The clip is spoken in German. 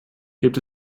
gibt